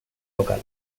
local